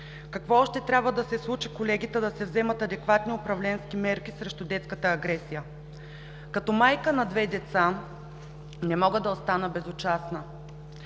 Какво още трябва да се случи, колеги, за да се вземат адекватни управленски мерки срещу детската агресия? Като майка на две деца не мога да остана безучастна!